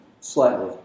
slightly